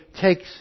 takes